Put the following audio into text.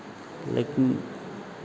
लेकिन